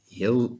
heel